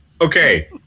okay